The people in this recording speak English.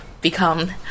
become